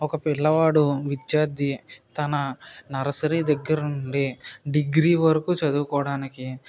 ఒక పిల్లవాడు విద్యార్థి తన నర్సరీ దగ్గర నుండి డిగ్రీ వరకు చదువుకోవడానికి